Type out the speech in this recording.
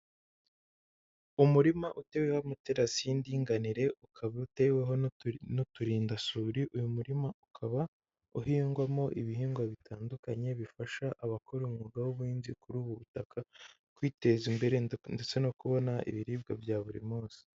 Umurima uteweho amaterasi y'indinganire, ukaba uteweho n'uturindadansuri, uyu murima ukaba uhingwamo ibihingwa bitandukanye bifasha abakora umwuga w'ubuhinzi kuri ubu butaka kwiteza imbere, ndetse no kubona ibiribwa bya buri munsi